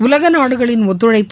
உலக நாடுகளின் ஒத்துழைப்பு